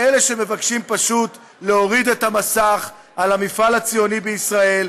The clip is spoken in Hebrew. ואלה שמבקשים פשוט להוריד את המסך על המפעל הציוני בישראל